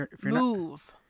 Move